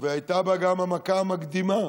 והייתה בה גם המכה המקדימה,